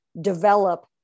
develop